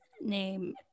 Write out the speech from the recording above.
name